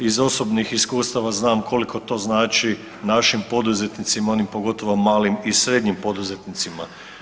Iz osobnih iskustava znam koliko to znači našim poduzetnicima, onim pogotovo malim i srednjim poduzetnicima.